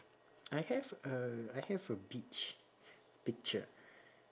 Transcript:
I have a I have a beach picture